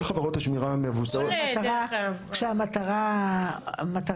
כל חברות השמירה מבוצעות --- כשהמטרה המרכזית,